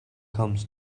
comes